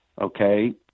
okay